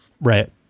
Right